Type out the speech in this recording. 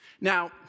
Now